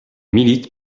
milite